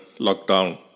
lockdown